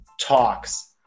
talks